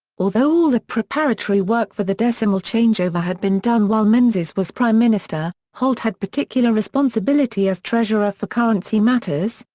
although all the preparatory work for the decimal changeover had been done while menzies was prime minister, holt had particular responsibility as treasurer for currency matters,